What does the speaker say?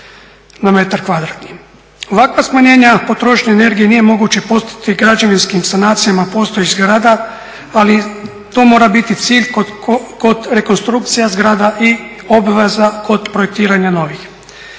Ovakva smanjenja potrošnje energije nije moguće postići građevinskim sanacijama postojećih zgrada, ali to mora biti cilj kod rekonstrukcija zgrada i obveza kod projektiranja novih.